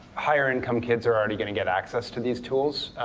higher income kids are already going to get access to these tools,